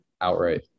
outright